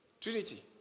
Trinity